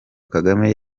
kagame